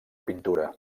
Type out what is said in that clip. pintura